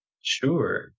Sure